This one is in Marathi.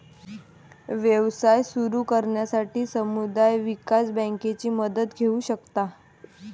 व्यवसाय सुरू करण्यासाठी समुदाय विकास बँकेची मदत घेऊ शकता